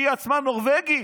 כשהיא עצמה נורבגית,